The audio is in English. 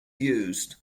used